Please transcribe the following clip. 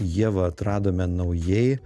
ievą atradome naujai